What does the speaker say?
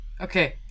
Okay